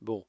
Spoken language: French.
bon